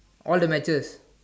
all the matches